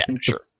sure